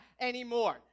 anymore